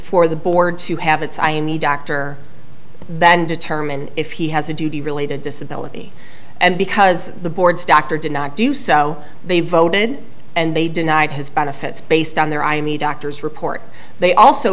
for the board to have its i need doctor then determine if he has a duty related disability and because the board's doctor did not do so they voted and they denied his benefits based on their i mean doctor's report they also